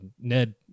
Ned